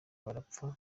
barapfa